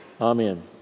Amen